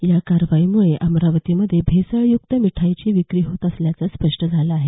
या कारवाईमुळे अमरावतीमध्ये भेसळयुक्त मिठाईची विक्री होत असल्याचं स्पष्ट झालं आहे